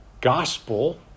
gospel